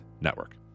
network